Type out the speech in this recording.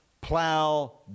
plow